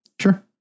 Sure